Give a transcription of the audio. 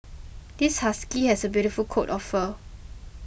this husky has a beautiful coat of fur